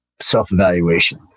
self-evaluation